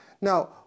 Now